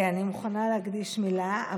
אני מוכנה להקדיש מילה,